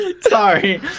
Sorry